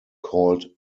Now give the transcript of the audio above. called